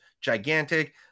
gigantic